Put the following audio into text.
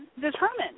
determined